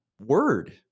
word